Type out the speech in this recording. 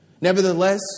Nevertheless